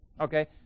okay